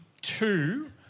two